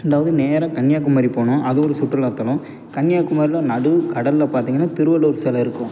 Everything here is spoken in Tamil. ரெண்டாவது நேரா கன்னியாகுமரி போனோம் அது ஒரு சுற்றுலா தளம் கன்னியாகுமரியில நடு கடலில் பார்த்திங்கனா திருவள்ளுவர் சிலை இருக்கும்